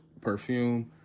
Perfume